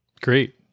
Great